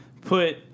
put